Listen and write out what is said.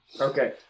Okay